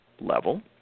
level